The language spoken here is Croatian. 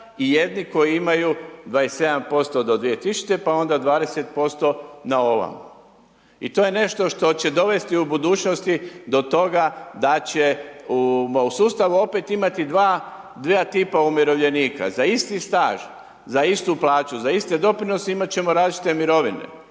i jedni koji imaju 27% do 2000. pa onda 20% na …/Govornik se ne razumije./… I to je nešto što će dovesti do budućnosti, do toga, da će u sustavu opet imati dva tipa umirovljenika, za isti staž, za istu plaću, za iste doprinose imati ćemo različite mirovine.